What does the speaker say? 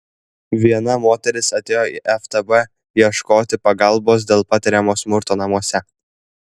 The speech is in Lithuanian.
viena moteris atėjo į ftb ieškoti pagalbos dėl patiriamo smurto namuose